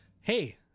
hey-